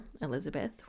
Elizabeth